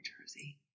Jersey